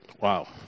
Wow